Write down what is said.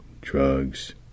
drugs